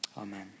amen